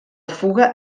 fuga